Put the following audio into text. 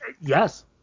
yes